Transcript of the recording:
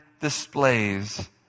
displays